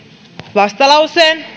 vastalauseen